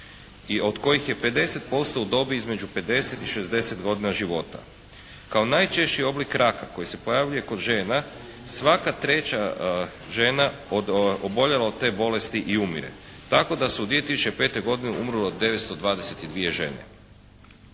od kojih je 50% u dobi između 50 i 60 godina života. Kao najčešći oblik raka koji se pojavljuje kod žena svaka treća žena oboljela od te bolesti i umire, tako da je 2005. godine umrlo 922 žene.